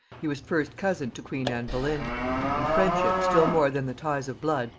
he was first-cousin to queen anne boleyn and friendship, still more than the ties of blood,